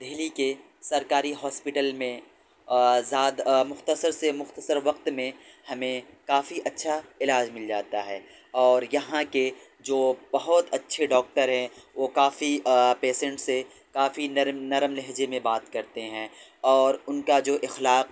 دہلی کے سرکاری ہاسپٹل میں مختصر سے مختصر وقت میں ہمیں کافی اچھا علاج مل جاتا ہے اور یہاں کے جو بہت اچھے ڈاکٹر ہیں وہ کافی پیسنٹ سے کافی نرم نرم لہجے میں بات کرتے ہیں اور ان کا جو اخلاق